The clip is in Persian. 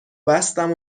بستم